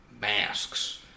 masks